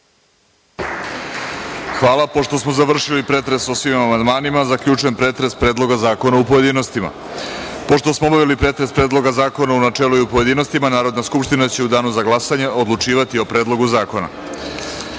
Hvala. Pošto smo završili pretres o svim amandmanima, zaključujem pretres Predloga zakona u pojedinostima. Pošto smo obavili pretres Predloga u načelu i u pojedinostima, Narodna skupština će u danu za glasanje odlučivati o Predlogu